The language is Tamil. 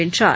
வென்றார்